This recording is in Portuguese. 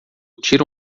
tira